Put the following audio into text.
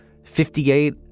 58